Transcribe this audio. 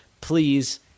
please